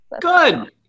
Good